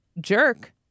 jerk